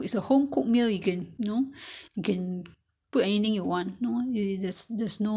recipe you have to follow [what] it's it's a home cooked so you can put in you know it's all up to you